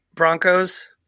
Broncos